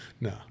No